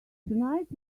tonight